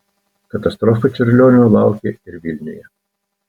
katastrofa čiurlionio laukė ir vilniuje